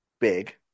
Big